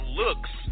looks